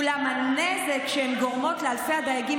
אולם הנזק שהן גורמות לאלפי הדייגים